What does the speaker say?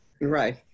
Right